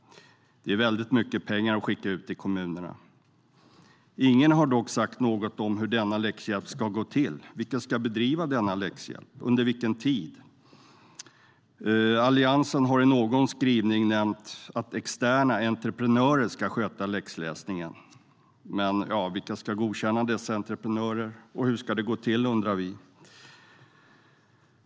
Det är väldigt mycket pengar att skicka ut till kommunerna. Ingen har dock sagt något om hur denna läxhjälp ska gå till. Vilka ska bedriva denna läxhjälp? Under vilken tid? Alliansen har i någon skrivning nämnt att externa entreprenörer ska sköta läxläsningen. Men vilka ska godkänna dessa entreprenörer och hur ska det gå till? Det undrar vi.